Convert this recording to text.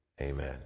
Amen